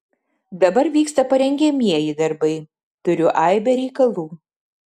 dabar vyksta parengiamieji darbai turiu aibę reikalų